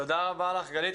תודה רבה לך גלית.